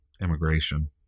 immigration